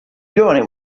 giovane